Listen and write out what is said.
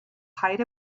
height